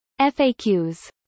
FAQs